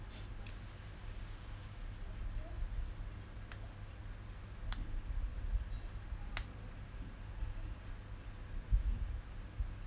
it's